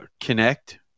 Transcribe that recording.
connect